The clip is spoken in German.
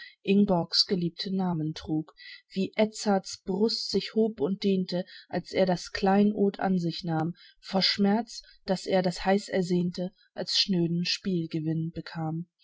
in schriftgepräge ingborgs geliebten namen trug wie edzards brust sich hob und dehnte als er das kleinod an sich nahm vor schmerz daß er das heiß ersehnte als schnöden spielgewinn bekam